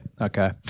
Okay